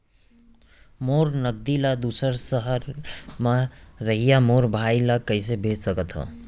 मोर नगदी ला दूसर सहर म रहइया मोर भाई ला कइसे भेज सकत हव?